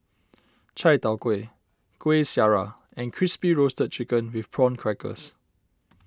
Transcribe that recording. Chai Tow Kway Kueh Syara and Crispy Roasted Chicken with Prawn Crackers